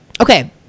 Okay